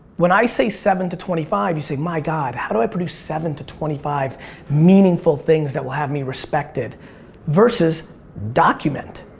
when i say seven to twenty five, you say, my god, how do i produce seven to twenty five meaningful things that will have me respected versus document?